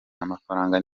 amafaranga